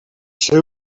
seu